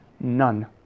None